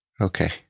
Okay